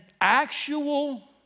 actual